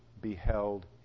beheld